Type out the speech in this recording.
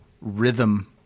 rhythm